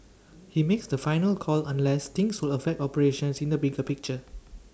he makes the final call unless things will affect operations in the bigger picture